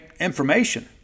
information